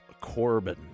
Corbin